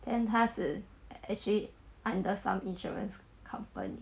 then 他是 actually under some insurance company